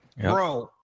bro